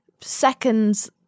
seconds